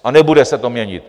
A nebude se to měnit.